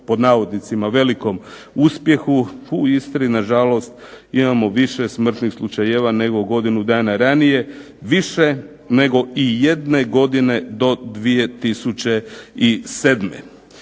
pod navodnicima velikom uspjehu, u Istri na žalost imamo više smrtnih slučajeva nego u godinu dana ranije, više nego ijedne godine do 2007.